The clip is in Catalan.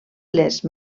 les